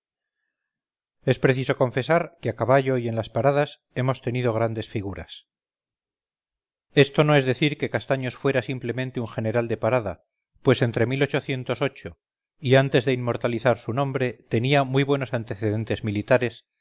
es preciso confesar que a caballo y en las paradas hemos tenido grandes figuras esto no es decir que castaños fuera simplemente un general de parada pues en y antes de inmortalizar su nombre tenía muy buenos antecedentes militares